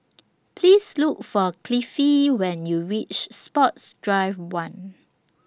Please Look For Cliffie when YOU REACH Sports Drive one